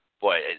boy